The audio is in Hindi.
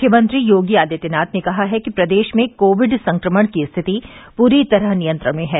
मुख्यमंत्री योगी आदित्यनाथ ने कहा है कि प्रदेश में कोविड संक्रमण की स्थिति पूरी तरह नियंत्रण में हैं